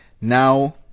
now